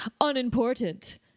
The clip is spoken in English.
unimportant